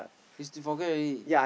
is to forget already